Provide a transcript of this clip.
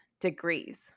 degrees